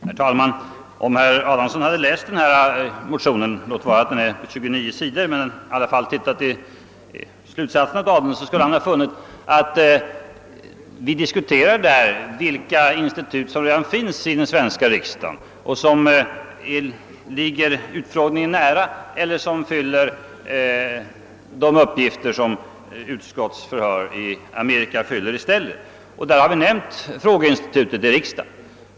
Herr talman! Om herr Adamsson hade läst igenom motionen ordentligt — låt vara att den omfattar 29 sidor — eller i varje fall sett närmare på slut satserna i den, skulle han ha funnit att vi där påpekat att det finns institut i den svenska riksdagen som ligger utfrågningen nära och som fyller samma uppgifter som utskottsförhören i Amerika. Där har vi nämnt frågeinstitutet i riksdagen.